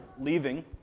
leaving